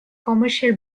commercial